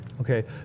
Okay